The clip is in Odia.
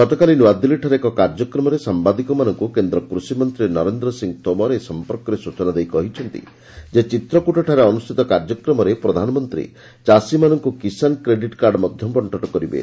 ଗତକାଲି ନୂଆଦିଲ୍ଲୀଠାରେ ଏକ କାର୍ଯ୍ୟକ୍ରମରେ ସାମ୍ବାଦିକମାନଙ୍କୁ କେନ୍ଦ୍ର କୃଷିମନ୍ତ୍ରୀ ନରେନ୍ଦ୍ର ସିଂହ ଡୋମର ଏ ସମ୍ପର୍କରେ ସୂଚନା ଦେଇ କହିଛନ୍ତି ଯେ ଚିତ୍ରକୁଟଠାରେ ଅନୁଷ୍ଠିତ କାର୍ଯ୍ୟକ୍ରମରେ ପ୍ରଧାନମନ୍ତ୍ରୀ ଚାଷୀମାନଙ୍କୁ କିଷାନ କ୍ରେଡିଟ୍ କାର୍ଡ ମଧ୍ୟ ବଣ୍ଟନ କରିବେ